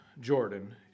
Jordan